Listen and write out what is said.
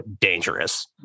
dangerous